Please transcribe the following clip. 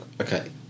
Okay